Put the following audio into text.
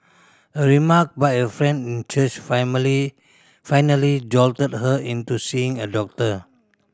a remark by a friend in church family finally jolted her into seeing a doctor